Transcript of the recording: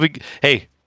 Hey